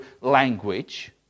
language